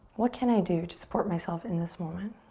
what can i do to support myself in this moment?